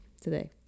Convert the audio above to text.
today